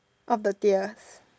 on the deer